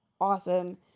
awesome